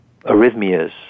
arrhythmias